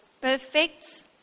Perfect